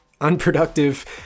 unproductive